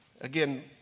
again